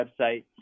website